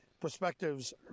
Perspectives